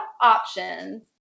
options